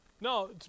No